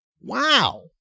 Wow